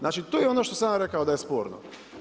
Znači to je ono što sam ja rekao da je sporno.